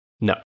No